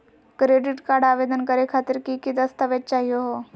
Credit card आवेदन करे खातिर की की दस्तावेज चाहीयो हो?